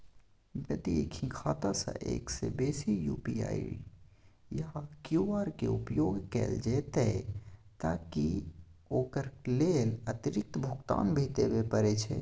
यदि एक ही खाता सं एक से बेसी यु.पी.आई या क्यू.आर के उपयोग कैल जेतै त की ओकर लेल अतिरिक्त भुगतान भी देबै परै छै?